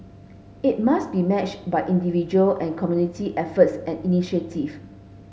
it must be matched by individual and community efforts and initiative